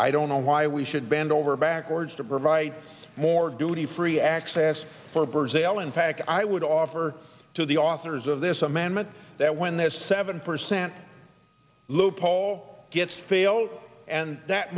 i don't know why we should bend over backwards to provide more duty free access for birds ale in fact i would offer to the authors of this amendment that when those seven percent loophole gets failed and that